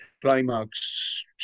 Climax